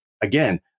again